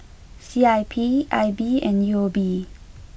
C I P I B and U O B